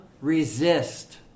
resist